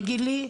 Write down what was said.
בגילי.